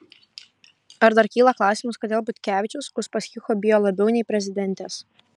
ar dar kyla klausimas kodėl butkevičius uspaskicho bijo labiau nei prezidentės